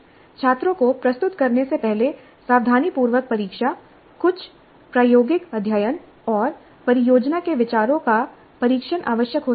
छात्रों को प्रस्तुत करने से पहले सावधानीपूर्वक परीक्षा कुछ प्रायोगिक अध्ययन और परियोजना के विचारों का परीक्षण आवश्यक हो सकता है